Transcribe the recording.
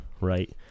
right